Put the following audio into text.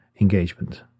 engagement